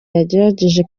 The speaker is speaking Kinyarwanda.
yagerageje